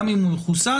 גם אם הוא מחוסן,